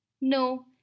no